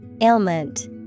ailment